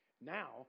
Now